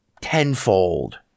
tenfold